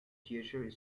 theatre